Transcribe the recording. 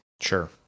Sure